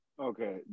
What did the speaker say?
Okay